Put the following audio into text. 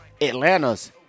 Atlanta's